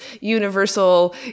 universal